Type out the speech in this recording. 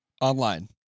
Online